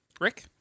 Rick